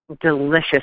delicious